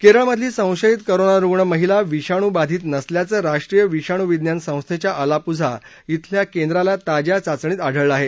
केरळमधली संशयित करोनारुग्ण महिला विषाणूबाधित नसल्याचं राष्ट्रीय विषाणु विज्ञान संस्थेच्या अलापुझा इथल्या केंद्राला ताज्या चाचणीत आढळलं आहे